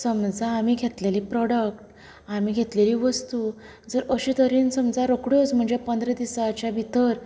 समजा आमी घेतलेली प्रॉडक्ट आमी घेतलेली वस्तू जर अशें तरेन समजा रोखडोच म्हणजे पंदरा दिसाच्या भितर